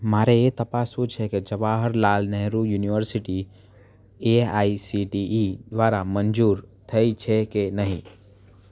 મારે એ તપાસવું છે કે Jawaharlal Nehru university A I C T E દ્વારા મંજૂર થઇ છે કે નહીં